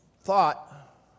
thought